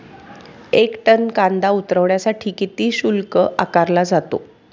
एक टन कांदा उतरवण्यासाठी किती शुल्क आकारला जातो?